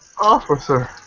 Officer